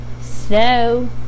snow